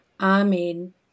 Amen